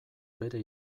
bere